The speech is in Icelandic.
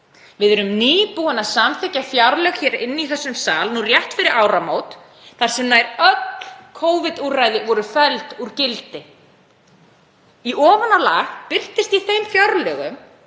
Við erum nýbúin að samþykkja fjárlög hér inni í þessum sal nú rétt fyrir áramót þar sem nær öll Covid-úrræði voru felld úr gildi. Í ofanálag birtist í þeim fjárlögum,